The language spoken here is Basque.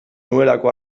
nuelako